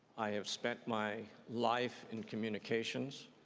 i have spent my life in communications.